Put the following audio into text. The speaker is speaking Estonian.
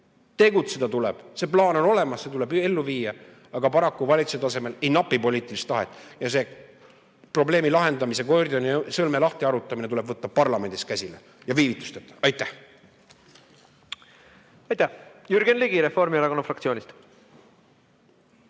Tegutseda tuleb. Plaan on olemas, see tuleb ellu viia, aga paraku valitsuse tasemel napib poliitilist tahet. Selle probleemi lahendamine, Gordioni sõlme lahtiharutamine, tuleb võtta parlamendis käsile ja viivitusteta. Aitäh! Aitäh! Jürgen Ligi Reformierakonna fraktsioonist.